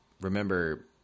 remember